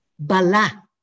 Bala